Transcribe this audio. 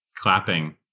clapping